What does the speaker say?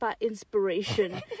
inspiration